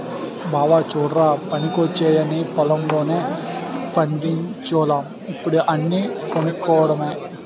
బావా చుడ్రా పనికొచ్చేయన్నీ పొలం లోనే పండిచోల్లం ఇప్పుడు అన్నీ కొనుక్కోడమే